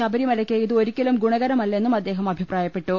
ശബരിമലയ്ക്ക് ഇത് ഒരിക്കലും ഗുണകരമല്ലെന്നും അദ്ദേഹം അഭിപ്രായപ്പെട്ടു